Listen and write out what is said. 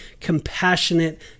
compassionate